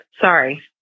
Sorry